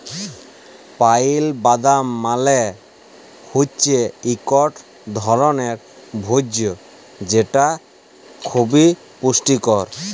pile বাদাম মালে হৈচ্যে ইকট ধরলের ভোজ্য যেটা খবি পুষ্টিকর